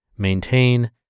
Maintain